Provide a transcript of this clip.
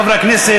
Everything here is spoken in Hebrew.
חברי הכנסת,